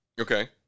Okay